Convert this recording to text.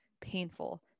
painful